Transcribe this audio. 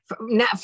Now